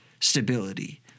stability